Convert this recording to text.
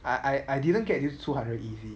I I I didn't get you two hundred easy